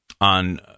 on